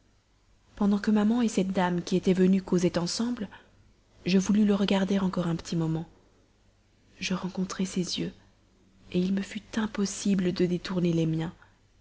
pendant que maman cette dame qui était venue causaient ensemble je voulus le regarder encore un petit moment je rencontrai ses yeux il me fut impossible de détourner les miens